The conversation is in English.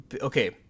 okay